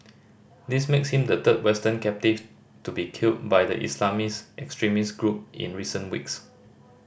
this makes him the third Western captive to be killed by the Islamist extremist group in recent weeks